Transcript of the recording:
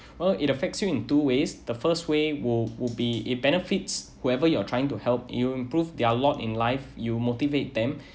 well it affects you in two ways the first way would would be it benefits whoever you're trying to help you improve their lot in life you motivate them